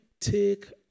take